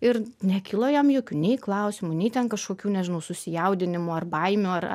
ir nekilo jam jokių nei klausimų nei ten kažkokių nežinau susijaudinimo ar baimių ar